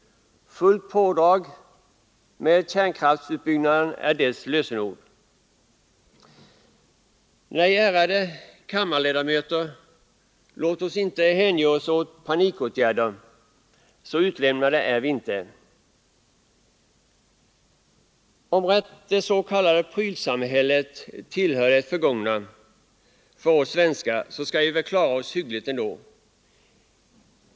Fullt pådrag med kärnkraftutbyggnaden är deras lösenord. Nej, ärade kammarledamöter, låt oss inte hänge oss åt panikåtgärder. Så utlämnade är vi inte. Om det s.k. prylsamhället tillhör det förgångna för oss svenskar skall vi väl klara oss hyggligt ändå.